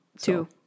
Two